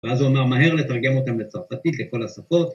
‫ואז הוא אומר, מהר לתרגם אותם ‫לצרפתית לכל השפות.